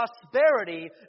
prosperity